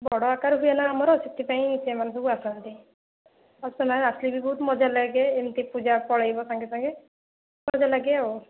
ବଡ଼ ଆକାର ହୁଏ ନା ଆମର ସେଇଥିପାଇଁ ସେମାନେ ସବୁ ଆସନ୍ତି ଆଉ ସେମାନେ ଆସିଲେ ବି ବହୁତ ମଜା ଲାଗେ ଏମିତି ପୂଜା ପଳେଇବ ସାଙ୍ଗେ ସାଙ୍ଗେ ମଜା ଲାଗେ ଆଉ